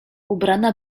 ubrana